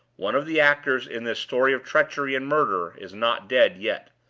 one of the actors in this story of treachery and murder is not dead yet.